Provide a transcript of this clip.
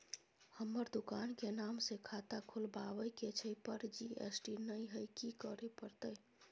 हमर दुकान के नाम से खाता खुलवाबै के छै पर जी.एस.टी नय हय कि करे परतै?